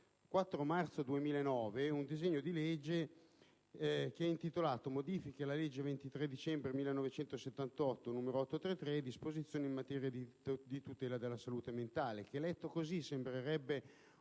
4 marzo 2009 un disegno di legge intitolato «Modifiche alla legge 23 dicembre 1978, n. 833, e disposizioni in materia di tutela della salute mentale» che potrebbe sembrare